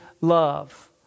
love